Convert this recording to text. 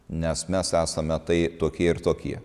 nes mes esame tai tokie ir tokie